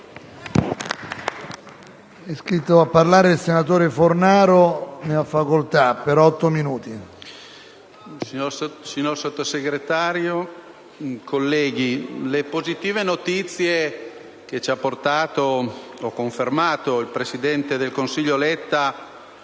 signor Sottosegretario, colleghi, le positive notizie che ci ha portato o confermato il presidente del Consiglio Letta